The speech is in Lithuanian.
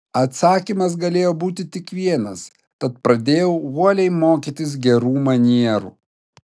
atsakymas galėjo būti tik vienas tad pradėjau uoliai mokytis gerų manierų